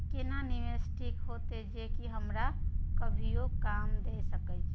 केना निवेश ठीक होते जे की हमरा कभियो काम दय सके?